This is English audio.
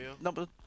number